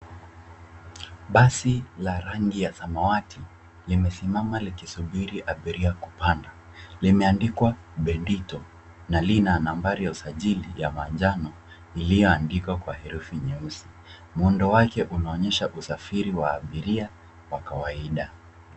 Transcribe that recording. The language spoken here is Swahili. Basi la rangi ya samawati, limesimama likisubiri abiria kupanda, limeandikwa Benditto na lina nambari ya usajili ya njano, ilioandikwa kwa herufi nyeusi. Muundo wake unaonyesha, usafiri wa abiria wa kawaida.